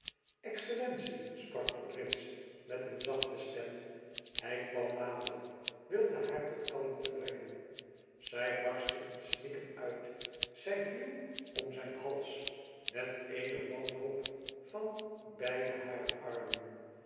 excellentie sprak de prins met een zachte stem hij kwam nader wilde haar tot kalmte brengen zij barstte in snikken uit zij viel om zijn hals met eene wanhoop van beide hare armen